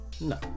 No